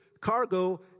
cargo